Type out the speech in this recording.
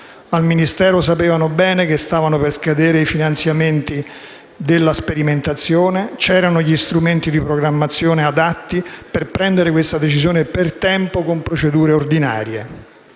Al Ministero sapevano bene che stavano per scadere i finanziamenti della sperimentazione e c'erano gli strumenti di programmazione adatti per prendere una decisione per tempo con procedure ordinarie.